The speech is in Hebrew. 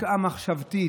השקעה מחשבתית,